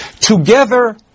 Together